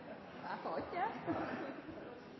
Jeg tror ikke jeg